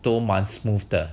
都蛮 smooth 的